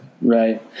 right